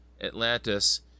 Atlantis